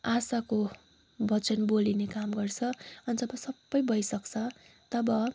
आशाको वचन बोलिने काम गर्छ जब सबै भइसक्छ तब